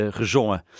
gezongen